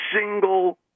single